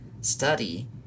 study